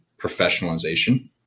professionalization